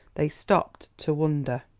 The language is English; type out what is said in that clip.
they stopped to wonder.